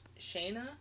Shayna